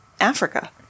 Africa